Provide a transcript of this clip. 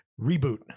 reboot